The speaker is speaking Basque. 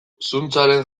zuntzaren